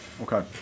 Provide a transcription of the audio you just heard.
Okay